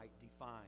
define